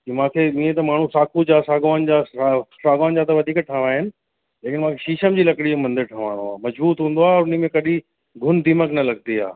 की मूंखे हीअं त माण्हू साखू जा सागवान जा सा सागवान जा त वधीक ठाहिराया आहिनि लेकिन मूंखे शीशम जी लकड़ी जो मंदरु ठाहिराइणो आहे मज़बूत हूंदो आहे ऐं उन में कॾहिं घुन दीमक न लॻंदी आहे